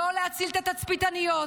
לא להציל את התצפיתניות,